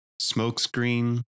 Smokescreen